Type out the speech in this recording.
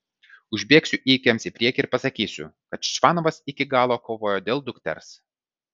užbėgsiu įvykiams į priekį ir pasakysiu kad čvanovas iki galo kovojo dėl dukters